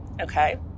okay